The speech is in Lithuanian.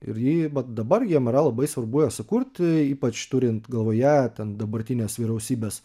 ir ji va dabar jiems yra labai svarbu ją sukurti ypač turint galvoje ten dabartinės vyriausybės